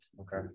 Okay